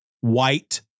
white